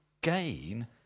gain